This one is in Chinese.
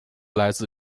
来自